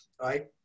Right